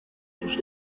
sus